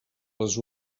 les